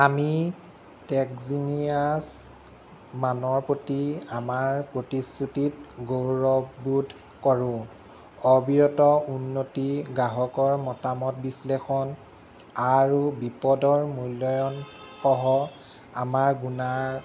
আমি টেকজিনিয়াছ মানৰ প্ৰতি আমাৰ প্ৰতিশ্ৰুতিত গৌৰৱবোধ কৰোঁ অবিৰত উন্নতি গ্ৰাহকৰ মতামত বিশ্লেষণ আৰু বিপদৰ মূল্যায়ন সহ আমাৰ গুণা